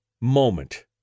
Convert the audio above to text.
moment